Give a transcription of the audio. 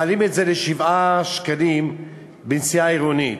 מעלים ל-7 שקלים בנסיעה עירונית.